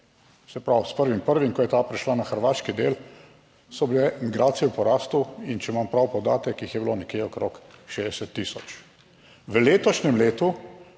se pravi s, 1. 1. ko je ta prišla na hrvaški del so bile migracije v porastu in če imam prav podatek, jih je bilo nekje okrog 60000. V letošnjem letu